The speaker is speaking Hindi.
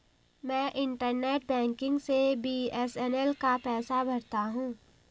मैं इंटरनेट बैंकिग से बी.एस.एन.एल का पैसा भरता हूं